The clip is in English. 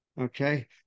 okay